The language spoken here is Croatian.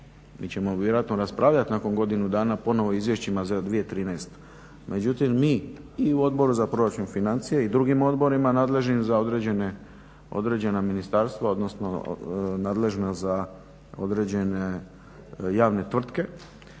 Mi ćemo vjerojatno raspravljati nakon godinu dana ponovno o izvješćima za 2013., međutim mi i u Odboru za proračun i financije i drugim odborima nadležnim za određena ministarstva, odnosno nadležne za određene javne tvrtke,